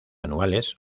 anuales